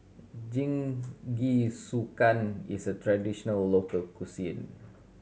jingisukan is a traditional local cuisine